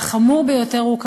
והחמור ביותר הוא,